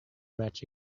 match